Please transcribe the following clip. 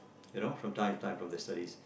you know from time to time from their studies